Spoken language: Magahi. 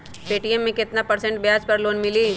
पे.टी.एम मे केतना परसेंट ब्याज पर लोन मिली?